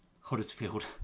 Huddersfield